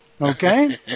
okay